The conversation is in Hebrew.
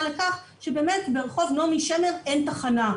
לכך שבאמת ברחוב נעמי שמר אין תחנה,